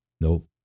nope